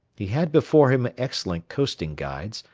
he had before him excellent coasting guides,